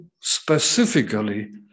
specifically